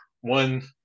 one